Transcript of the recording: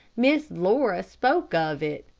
miss laura spoke of it.